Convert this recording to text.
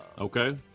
Okay